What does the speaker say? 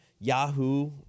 Yahoo